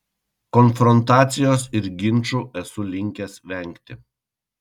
konfrontacijos ir ginčų esu linkęs vengti